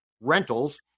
rentals